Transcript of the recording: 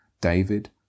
David